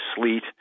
sleet